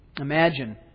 Imagine